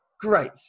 great